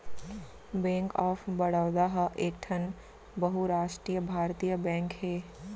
bank of Baroda ह एकठन बहुरास्टीय भारतीय बेंक हे